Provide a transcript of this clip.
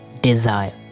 desire